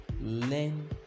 learn